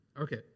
Okay